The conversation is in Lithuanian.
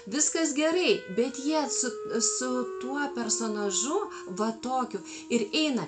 viskas gerai bet jie su su tuo personažu va tokių ir eina